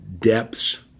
depths